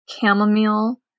chamomile